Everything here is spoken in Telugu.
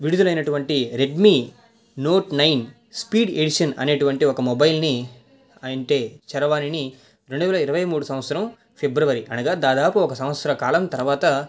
విడుదల అయినటువంటి Redmi note nine speed edition అనేటువంటి ఒక మొబైల్ని అంటే చరవాణిని రెండు వేల ఇరవై మూడవ సంవత్సరం ఫిబ్రవరి అనగా దాదాపు ఒక సంవత్సర కాలం తర్వాత